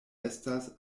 estas